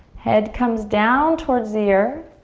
head comes down towards the earth.